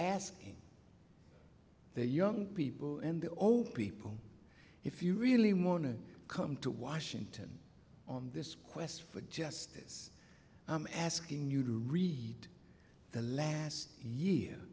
asking the young people and all people if you really want to come to washington on this quest for justice and asking you to read the last year